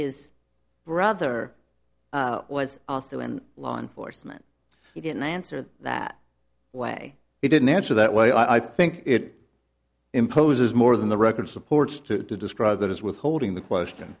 his brother was also in law enforcement he didn't answer that way he didn't answer that way i think it imposes more than the record supports to describe that is withholding the question